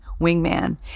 wingman